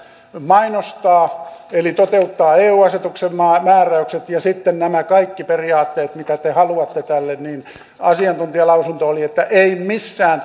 mainostaa eli toteuttaa eu asetuksen määräykset ja sitten nämä kaikki periaatteet mitä te haluatte tälle niin asiantuntijalausunto oli että ei missään